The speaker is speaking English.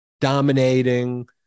dominating